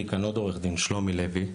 כאן עוד עו"ד, שלומי לוי.